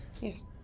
Yes